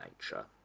nature